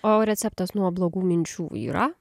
o receptas nuo blogų minčių yra